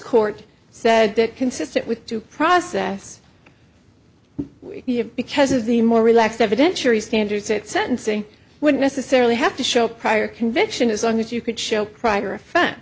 court said that consistent with due process because of the more relaxed evidentiary standards that sentencing would necessarily have to show prior conviction as long as you could show kreiger offe